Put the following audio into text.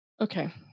Okay